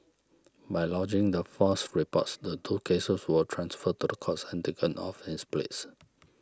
by lodging the false reports the two cases were transferred to the courts and taken off his place